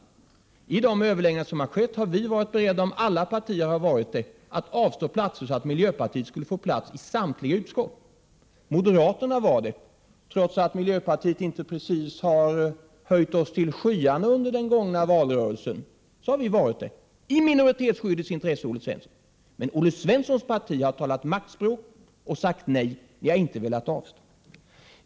Vid de överläggningar som skett har vi varit beredda att — om alla partier skulle vara det — avstå platser, så att miljöpartiet skulle få plats i samtliga utskott. Vi moderater var alltså i minoritetsskyddets intresse beredda till detta, Olle Svensson, trots att miljöpartiet inte precis har höjt oss till skyarna under den gångna valrörelsen. Men Olle Svenssons parti har talat maktspråk och sagt nej. Ni socialdemokrater har inte velat avstå platser.